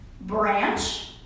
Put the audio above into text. Branch